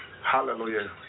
hallelujah